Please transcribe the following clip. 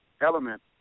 element